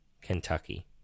Kentucky